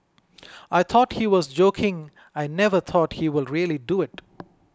I thought he was joking I never thought he will really do it